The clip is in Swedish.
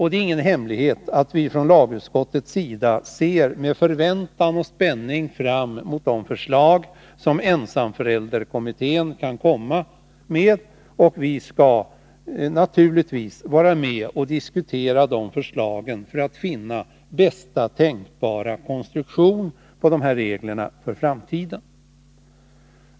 Det är ingen hemlighet att vi från lagutskottets sida med förväntan och spänning ser fram emot dessa förslag, och vi skall naturligtvis diskutera dem för att finna bästa tänkbara konstruktion av reglerna för framtiden.